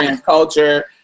culture